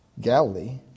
Galilee